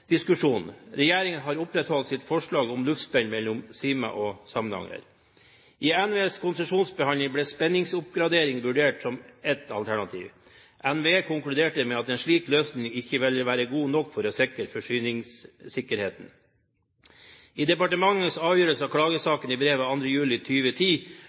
Regjeringen har opprettholdt sitt forslag om luftspenn mellom Sima og Samnanger. I NVEs konsesjonsbehandling ble spenningsoppgradering vurdert som et alternativ. NVE konkluderte med at en slik løsning ikke ville være god nok for å sikre forsyningssikkerheten. I departementets avgjørelse av klagesaken i brev av 2. juli